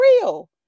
real